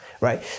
right